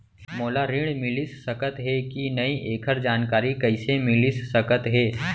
मोला ऋण मिलिस सकत हे कि नई एखर जानकारी कइसे मिलिस सकत हे?